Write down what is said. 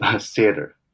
theater